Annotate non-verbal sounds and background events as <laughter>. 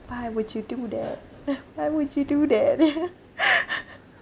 why would you do that <laughs> why would you do that <laughs>